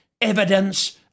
evidence